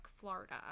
florida